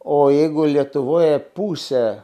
o jeigu lietuvoje pusė